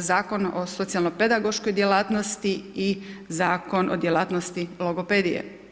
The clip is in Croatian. Zakon o socijalno-pedagoškoj djelatnosti i Zakon o djelatnosti logopedije.